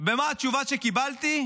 ומה התשובה שקיבלתי?